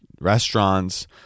restaurants